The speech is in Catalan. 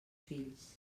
fills